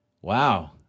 wow